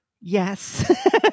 Yes